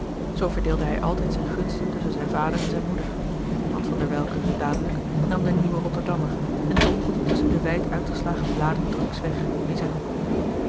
verdeelde hij altijd zijne gunsten tusschen zijn vader en zijne moeder want van der welcke dadelijk nam den nieuwen rotterdammer en dompelde tusschen de wijd uitgeslagen bladen druks weg in zijn hoek